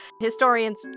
historians